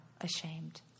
ashamed